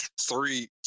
three